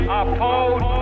oppose